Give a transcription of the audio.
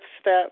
step